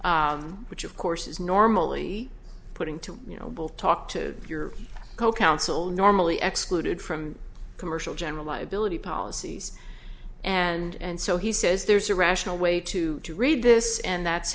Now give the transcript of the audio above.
which of course is normally put into you know we'll talk to your co counsel normally excluded from commercial general liability policies and so he says there's a rational way to read this and that's